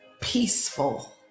peaceful